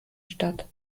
statt